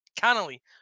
Connolly